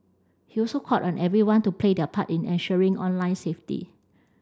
he also called on everyone to play their part in ensuring online safety